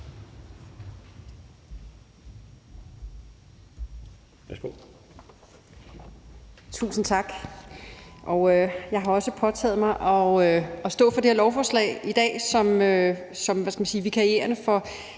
Tusind tak. Jeg har også påtaget mig at stå for det her lovforslag i dag som vikarierende for